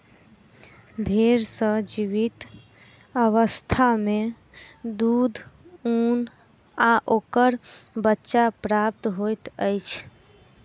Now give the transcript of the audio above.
भेंड़ सॅ जीवित अवस्था मे दूध, ऊन आ ओकर बच्चा प्राप्त होइत अछि